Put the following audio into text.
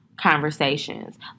conversations